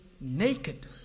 naked